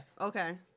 Okay